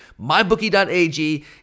MyBookie.ag